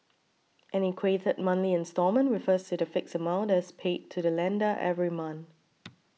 an equated monthly instalment refers to the fixed amount that is paid to the lender every month